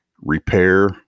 repair